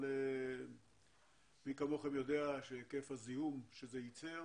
היקף הזיהום שזה יצר